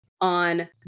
on